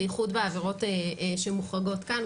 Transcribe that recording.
בייחוד בעבירות שמוחרגות כאן,